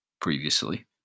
previously